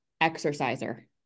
exerciser